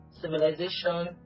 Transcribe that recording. civilization